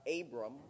Abram